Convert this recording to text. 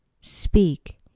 speak